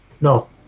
No